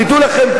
תדעו לכם,